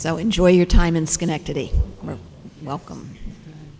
so enjoy your time in schenectady my welcome